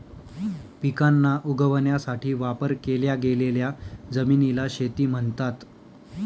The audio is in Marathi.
पिकांना उगवण्यासाठी वापर केल्या गेलेल्या जमिनीला शेती म्हणतात